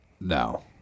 No